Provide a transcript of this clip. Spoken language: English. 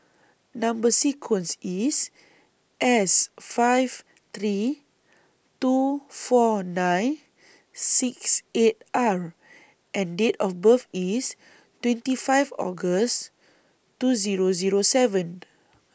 Number sequence IS S five three two four nine six eight R and Date of birth IS twenty five August two Zero Zero seven